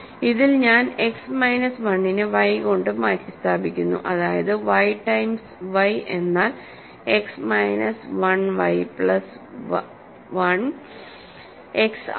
ഇതിൽ ഞാൻ X minus 1 നെ y കൊണ്ട് മാറ്റിസ്ഥാപിക്കുന്നു അതായത് yടൈംസ്y എന്നാൽ X minus 1 y plus 1 X ആണ്